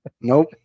nope